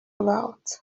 about